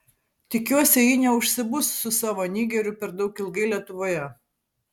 tikiuosi ji neužsibus su savo nigeriu per daug ilgai lietuvoje